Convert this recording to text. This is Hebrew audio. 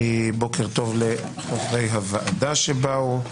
בוקר טוב לחברי הוועדה שבאו,